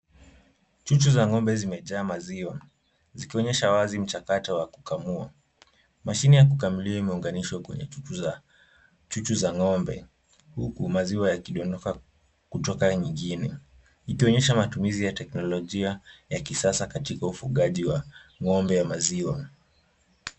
Chuchu za ng'ombe zimejaa maziwa zikionyesha wazi mchakato wa kukamua. Mashine ya kukamulia imeunganishwa kwenye chuchu za ng'ombe. Huku maziwa yakidondoka kutoka nyingine ikionyesha matumizi ya teknolojia ya kisasa katika ufugaji wa ng'ombe ya maziwa.